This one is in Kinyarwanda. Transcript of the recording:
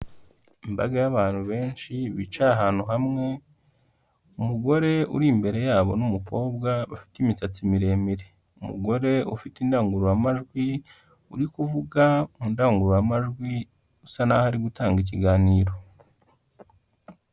Imbaga y'abantu benshi bicaye ahantu hamwe, umugore uri imbere yabo n'umukobwa bafite imisatsi miremire, umugore ufite indangururamajwi uri kuvuga mu ndangururamajwi usa naho ari gutanga ikiganiro.